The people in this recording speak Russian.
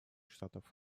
штатов